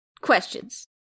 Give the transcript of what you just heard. questions